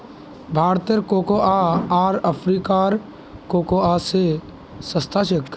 भारतेर कोकोआ आर अफ्रीकार कोकोआ स सस्ता छेक